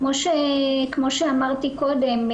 כמו שאמרתי קודם,